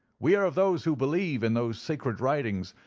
we are of those who believe in those sacred writings,